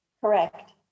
Correct